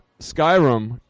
Skyrim